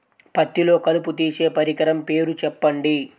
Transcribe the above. పత్తిలో కలుపు తీసే పరికరము పేరు చెప్పండి